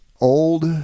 old